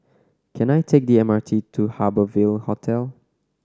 can I take the M R T to Harbour Ville Hotel